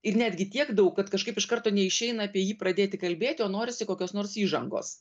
ir netgi tiek daug kad kažkaip iš karto neišeina apie jį pradėti kalbėti o norisi kokios nors įžangos